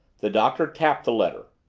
the doctor tapped the letter.